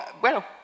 bueno